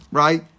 right